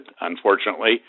unfortunately